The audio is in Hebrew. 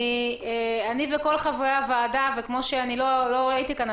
אני וכל חברי הוועדה לא הייתי כאן,